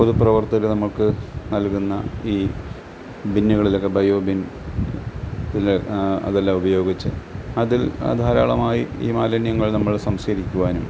പൊതുപ്രവർത്തകർ നമുക്ക് നൽകുന്ന ഈ ബിന്നുകളിലൊക്കെ ബയോബിൻ പിന്നെ അതെല്ലാം ഉപയോഗിച്ച് അതിൽ ധാരാളമായി ഈ മാലിന്യങ്ങൾ നമ്മൾ സംസ്കരിക്കുവാനും